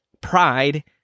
Pride